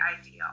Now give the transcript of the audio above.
ideal